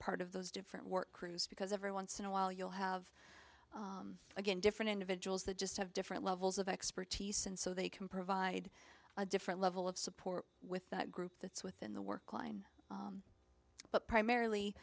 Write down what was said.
part of those different work crews because every once in a while you'll have again different individuals that just have different levels of expertise and so they can provide a different level of support with that group that's within the work line but primarily